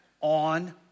on